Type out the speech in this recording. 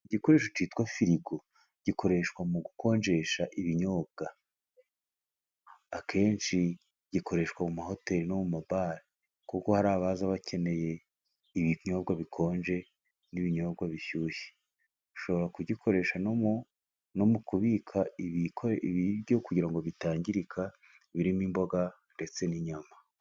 Igikoresho kitwa firigo gikoreshwa mu gukonjesha ibinyobwa. Akenshi gikoreshwa mu mahoteri no mu mabare. Kuko hari abaza bakeneye ibinyobwa bikonje n'ibinyobwa bishyushye. Bashobora kugikoresha no mu kubika ibiryo kugira ngo bitangirika, birimo imboga, ndetse n'inyama.